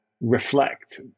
reflect